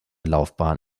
laufbahn